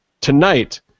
Tonight